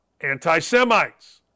anti-Semites